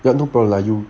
ya no problem lah you